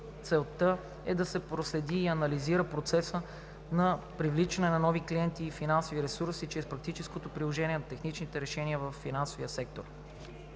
целта е да се проследи и анализира процесът на привличане на нови клиенти и финансови ресурси чрез практическото приложение на технологични решения във финансовия сектор.